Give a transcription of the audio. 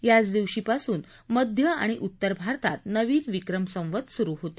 याच दिवशी पासून मध्य आणि उत्तर भारतात नवीन विक्रम संवत सुरु होते